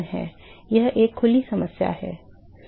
यह एक खुली समस्या है